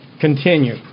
continue